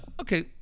okay